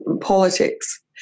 politics